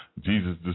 Jesus